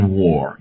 war